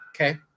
Okay